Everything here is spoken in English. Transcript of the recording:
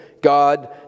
God